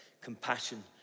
Compassion